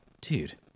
dude